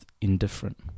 indifferent